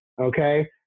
okay